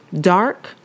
dark